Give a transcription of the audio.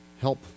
help